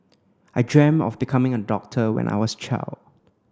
I dreamt of becoming a doctor when I was a child